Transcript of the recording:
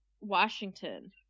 Washington